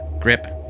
Grip